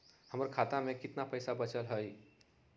हमर खाता में केतना पैसा बचल हई?